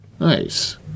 Nice